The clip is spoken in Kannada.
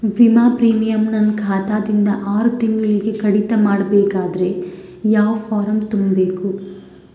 ವಿಮಾ ಪ್ರೀಮಿಯಂ ನನ್ನ ಖಾತಾ ದಿಂದ ಆರು ತಿಂಗಳಗೆ ಕಡಿತ ಮಾಡಬೇಕಾದರೆ ಯಾವ ಫಾರಂ ತುಂಬಬೇಕು?